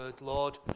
Lord